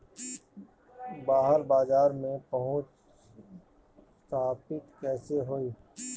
बाहर बाजार में पहुंच स्थापित कैसे होई?